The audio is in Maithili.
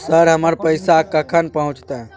सर, हमर पैसा कखन पहुंचतै?